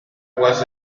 was